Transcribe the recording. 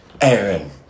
Aaron